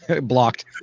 Blocked